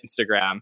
Instagram